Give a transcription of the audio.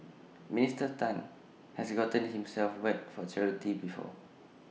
Minister Tan has gotten himself wet for charity before